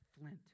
Flint